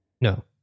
No